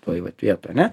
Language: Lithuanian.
toj vat vietoj ane